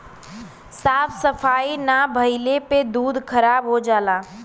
साफ सफाई ना भइले पे दूध खराब हो जाला